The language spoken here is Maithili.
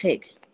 ठीक छै